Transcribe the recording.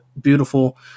beautiful